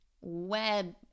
web